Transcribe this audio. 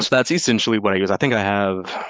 that's essentially what i use. i think i have